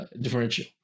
differential